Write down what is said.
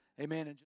Amen